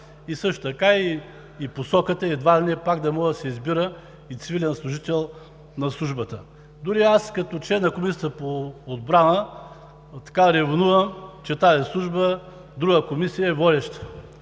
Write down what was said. а също така в посоката едва ли не да може да се избира и цивилен служител на Службата. Дори аз като член на Комисията по отбрана така ревнувам, че за тази служба друга комисия е водеща.